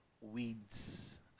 weeds